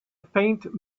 faint